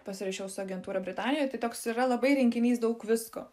pasirašiau su agentūra britanijoj tai toks yra labai rinkinys daug visko